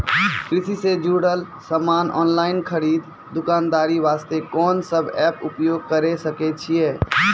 कृषि से जुड़ल समान ऑनलाइन खरीद दुकानदारी वास्ते कोंन सब एप्प उपयोग करें सकय छियै?